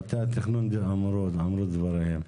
התכנון, ואנחנו תומכים.